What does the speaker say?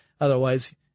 Otherwise